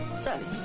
seven.